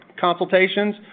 consultations